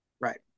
right